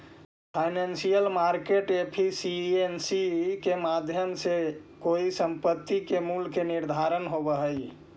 financial market efficiency के माध्यम से कोई संपत्ति के मूल्य के निर्धारण होवऽ हइ